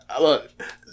Look